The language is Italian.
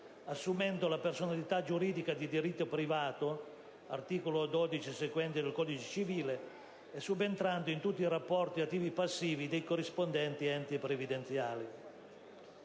assumendo la personalità giuridica di diritto privato (ai sensi dell'articolo 12 e seguenti del codice civile) e subentrando in tutti i rapporti attivi e passivi dei corrispondenti enti previdenziali.